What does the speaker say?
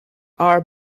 are